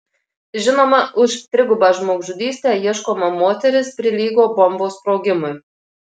žinoma už trigubą žmogžudystę ieškoma moteris prilygo bombos sprogimui